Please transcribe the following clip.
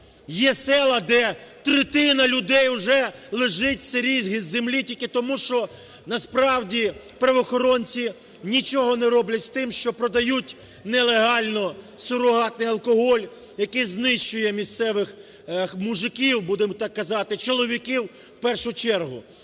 Є села, де третина людей вже лежить в сирій землі тільки тому, що насправді правоохоронці нічого не роблять з тим, що продають нелегально сурогатний алкоголь, який знищує місцевих мужиків, будемо так казати, чоловіків, в першу чергу.